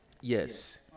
Yes